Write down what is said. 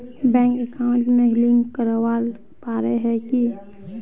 Bank account में link करावेल पारे है की?